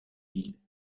villes